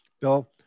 Bill